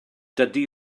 dydy